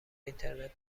اینترنت